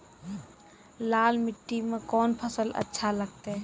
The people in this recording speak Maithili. लाल मिट्टी मे कोंन फसल अच्छा लगते?